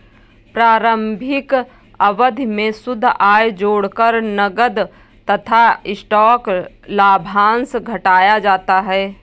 प्रारंभिक अवधि में शुद्ध आय जोड़कर नकद तथा स्टॉक लाभांश घटाया जाता है